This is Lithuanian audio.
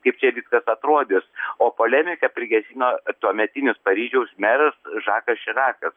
kaip čia viskas atrodys o polemiką prigesino tuometinis paryžiaus meras žakas širakas